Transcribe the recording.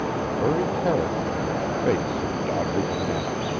the very caricature of the face of doddridge knapp.